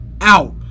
out